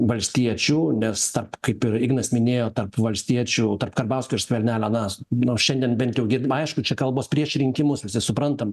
valstiečių nes tarp kaip ir ignas minėjo tarp valstiečių tarp karbauskio ir skvernelio na nors šiandien bent jau girdim aišku čia kalbos prieš rinkimus visi suprantam